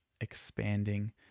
expanding